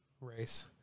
race